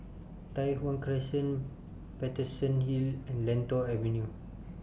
Tai Hwan Crescent Paterson Hill and Lentor Avenue